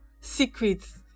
secrets